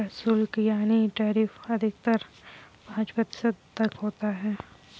प्रशुल्क यानी टैरिफ अधिकतर पांच प्रतिशत तक होता है